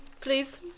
please